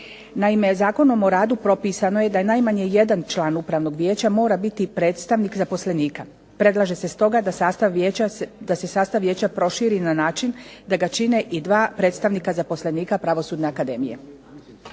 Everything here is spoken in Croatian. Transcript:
Naime, Zakonom o radu propisano je da je najmanje 1 član Upravnog vijeća mora biti predstavnik zaposlenika. Predlaže se stoga da se sastav Vijeća proširi na način da ga čine i dva predstavnika zaposlenika Pravosudne akademije.